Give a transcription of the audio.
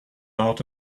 out